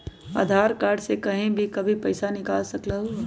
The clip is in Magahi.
आधार कार्ड से कहीं भी कभी पईसा निकाल सकलहु ह?